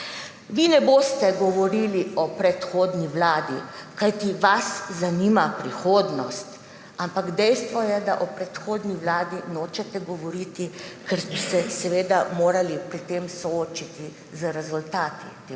Vi ne boste govorili o predhodni vladi, kajti vas zanima prihodnost, ampak dejstvo je, da o predhodni vladi nočete govoriti, ker bi se seveda morali pri tem soočiti z rezultati te